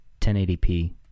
1080p